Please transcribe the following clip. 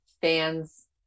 fans